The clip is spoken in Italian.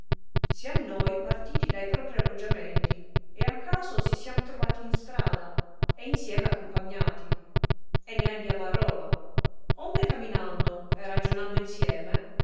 siam noi partiti dai propri alloggiamenti e a caso si slam trovati in strada e insieme accompagnati e ne andiam a roma onde caminando e ragionando insieme